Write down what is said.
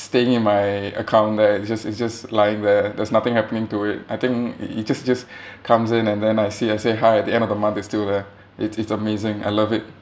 staying in my account there it just it's just lying there there's nothing happening to it I think it it just just comes in and then I see I say hi at the end of the month it's still there it's it's amazing I love it